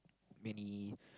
many